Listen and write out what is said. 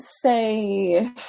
say